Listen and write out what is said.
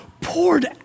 poured